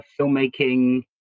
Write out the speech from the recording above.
filmmaking